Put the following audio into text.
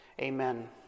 Amen